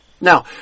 Now